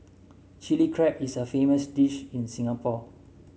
Chilli Crab is a famous dish in Singapore